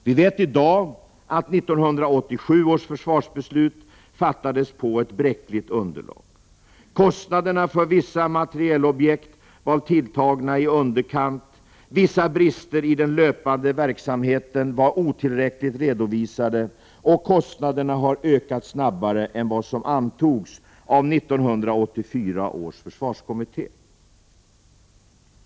Vi vet i dag att 1987 års försvarsbeslut fattades på ett bräckligt underlag. Prot. 1988/89:20 Kostnaderna för vissa materielobjekt var tilltagna i underkant. Vissa bristeri 9 november 1988 den löpande verksamheten var otillräckligt redovisade, och kostnademahar ZON ökat snabbare än vad som antogs av 1984 års försvarskommitté.